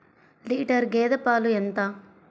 Litre గేదె పాలు ఎంత?